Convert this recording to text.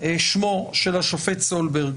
בשמו של השופט סולברג